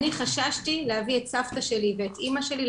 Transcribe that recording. אני חששתי להביא את סבתא שלי ואת אמא שלי,